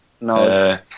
No